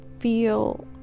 feel